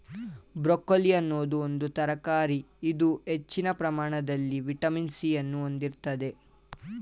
broccoli ಅನ್ನೋದು ಒಂದು ತರಕಾರಿ ಇದು ಹೆಚ್ಚಿನ ಪ್ರಮಾಣದಲ್ಲಿ ವಿಟಮಿನ್ ಸಿ ಅನ್ನು ಹೊಂದಿರ್ತದೆ